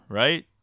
right